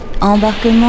Embarquement